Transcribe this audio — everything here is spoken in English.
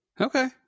Okay